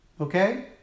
Okay